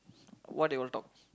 what they will talk